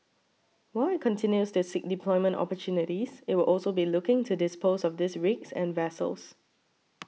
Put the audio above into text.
while it continues to seek deployment opportunities it will also be looking to dispose of these rigs and vessels